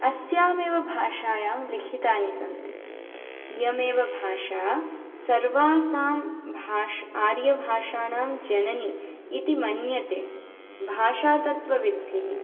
अस्यामेव भाषायां लिखितानि सन्ति इयमेव भाषा सर्वासां आर्यभाषाणां जननि इति मन्यते भाषातत्वविद्भिः